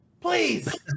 please